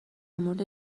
مورد